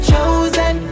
Chosen